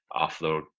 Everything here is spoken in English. offload